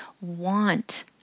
want